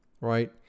right